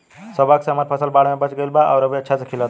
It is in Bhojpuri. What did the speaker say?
सौभाग्य से हमर फसल बाढ़ में बच गइल आउर अभी अच्छा से खिलता